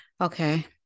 Okay